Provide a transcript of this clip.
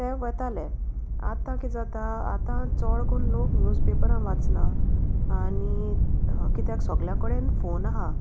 ते वताले आतां किदें जाता आतां चोड कोन्न लोक न्यूज पेपरान वाचना आनी कित्याक सोगल्या कडेन फोन आहा